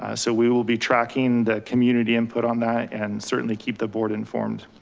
ah so we will be tracking the community input on that, and certainly keep the board informed.